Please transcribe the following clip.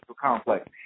complex